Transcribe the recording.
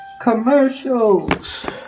commercials